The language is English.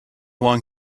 long